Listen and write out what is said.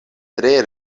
tre